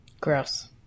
Gross